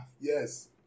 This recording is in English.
yes